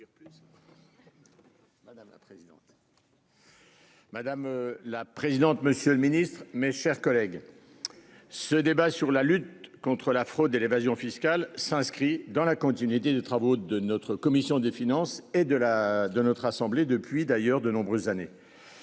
Madame la présidente. Monsieur le Ministre, mes chers collègues. Ce débat sur la lutte contre la fraude et l'évasion fiscale s'inscrit dans la continuité des travaux de notre commission des finances et de la de notre assemblée depuis d'ailleurs de nombreuses années.--